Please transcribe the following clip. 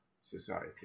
society